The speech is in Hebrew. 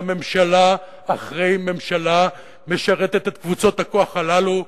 ממשלה אחרי ממשלה משרתות את קבוצות הכוח הללו,